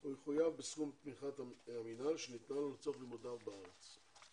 הוא יחויב בסכום תמיכת המינהל שניתנה לו לצורך לימודיו בארץ.